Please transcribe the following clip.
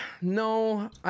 no